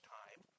time